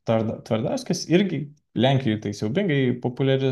tvardauskis irgi lenkijoje tai siaubingai populiari